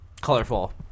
colorful